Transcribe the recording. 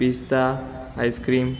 પિસ્તા ice cream